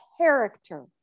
character